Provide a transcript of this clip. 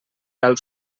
als